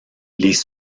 les